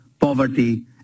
poverty